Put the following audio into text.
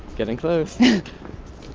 getting close